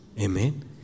Amen